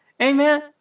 Amen